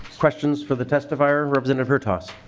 questions for the testifier? representative hertaus